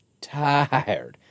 tired